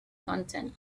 content